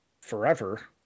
forever